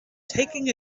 taking